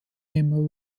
neben